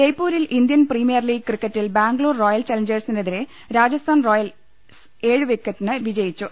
ജയ്പൂരിൽ Indian Premier League ക്രിക്കറ്റിൽ Bangalore Royal ചാലഞ്ചേഴ്സിന് എതിരെ രാജസ്ഥാൻ റോയൽസ് ഏഴ് വിക്കറ്റിന് വിജയിച്ചു